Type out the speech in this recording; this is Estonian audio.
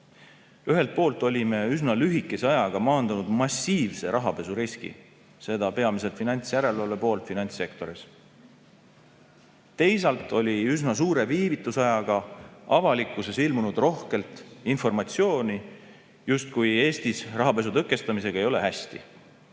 Ühelt poolt olime üsna lühikese ajaga maandanud massiivse rahapesuriski, seda peamiselt finantsjärelevalve poolt finantssektoris. Teiselt poolt oli üsna suure viivitusajaga avalikkuses ilmunud rohkelt informatsiooni, justkui Eestis rahapesu tõkestamisega ei ole hästi.